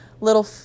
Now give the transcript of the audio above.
little